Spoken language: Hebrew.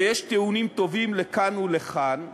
ויש טיעונים טובים לכאן ולכאן.